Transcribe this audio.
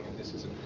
this is ah,